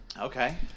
Okay